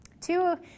two